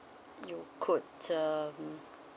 you could um